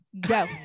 go